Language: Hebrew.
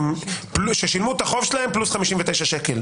שלהם פלוס 59 שקל.